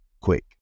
quick